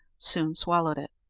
soon swallowed it.